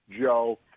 Joe